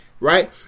right